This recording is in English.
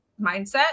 mindset